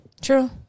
True